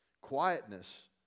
Quietness